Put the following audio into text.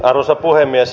arvoisa puhemies